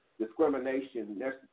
Discrimination